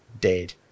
dead